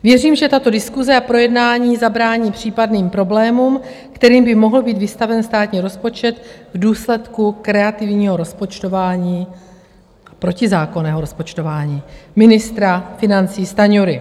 Věřím, že tato diskuse a projednání zabrání případným problémům, kterým by mohl být vystaven státní rozpočet v důsledku kreativního rozpočtování, protizákonného rozpočtování ministra financí Stanjury.